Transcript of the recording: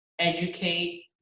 Educate